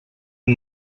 amb